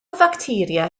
facteria